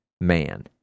man